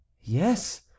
yes